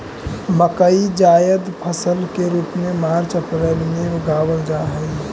मकई जायद फसल के रूप में मार्च अप्रैल में उगावाल जा हई